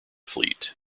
fleet